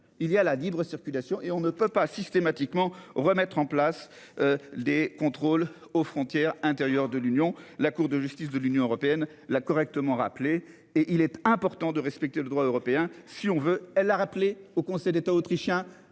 il y a la libre-, circulation et on ne peut pas systématiquement on va mettre en place. Des contrôles aux frontières intérieures de l'Union. La Cour de justice de l'Union européenne la correctement rappelé et il est important de respecter le droit européen, si on veut. Elle a rappelé au Conseil d'État autrichien,